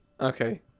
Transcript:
Okay